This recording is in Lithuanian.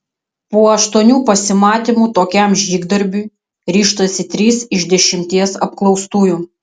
po aštuonių pasimatymų tokiam žygdarbiui ryžtasi trys iš dešimties apklaustųjų